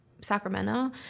Sacramento